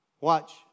Watch